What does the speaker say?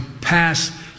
pass